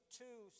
two